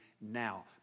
now